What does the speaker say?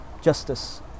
justice